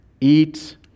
eat